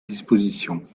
disposition